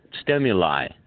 stimuli